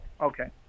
okay